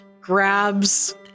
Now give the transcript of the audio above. grabs